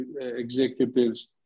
executives